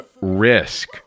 risk